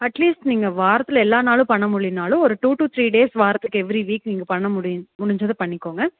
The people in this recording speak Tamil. அட்லீஸ்ட் நீங்கள் வாரத்தில் எல்லா நாளும் பண்ண முடிலைலினாலும் ஒரு டூ டு த்ரீ டேஸ் வாரத்துக்கு எவ்ரிவீக் நீங்கள் பண்ணமுடியும் முடிஞ்சத பண்ணிக்கோங்க